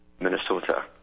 Minnesota